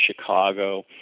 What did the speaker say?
Chicago